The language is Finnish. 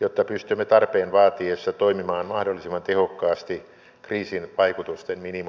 jotta pystymme tarpeen vaatiessa toimimaan mahdollisimman tehokkaasti kriisin vaikutusten minimoimiseksi